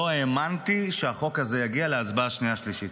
לא האמנתי שהחוק הזה יגיע להצבעה שנייה ושלישית,